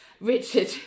Richard